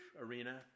arena